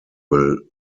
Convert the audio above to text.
will